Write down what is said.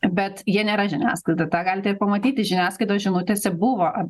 bet jie nėra žiniasklaida tą galite ir pamatyti žiniasklaidos žinutėse buvo